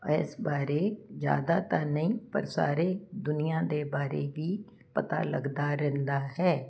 ਇਸ ਬਾਰੇ ਜਿਆਦਾ ਤਾਂ ਨਹੀਂ ਪਰ ਸਾਰੇ ਦੁਨੀਆਂ ਦੇ ਬਾਰੇ ਵੀ ਪਤਾ ਲੱਗਦਾ ਰਹਿੰਦਾ ਹੈ